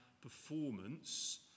performance